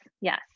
yes